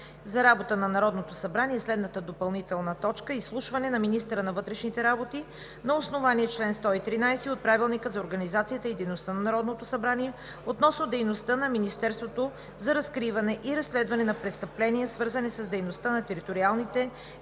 Уважаеми народни представители, изслушването на министъра на вътрешните работи на основание чл. 113 от Правилника за организацията и дейността на Народното събрание относно дейността на Министерството за разкриване и разследване на престъпления, свързани с дейността на териториалните експертни